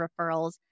referrals